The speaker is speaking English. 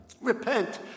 Repent